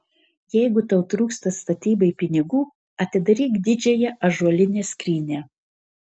jeigu tau trūksta statybai pinigų atidaryk didžiąją ąžuolinę skrynią